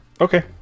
Okay